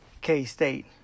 K-State